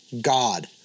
God